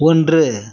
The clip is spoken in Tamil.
ஒன்று